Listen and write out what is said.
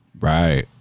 Right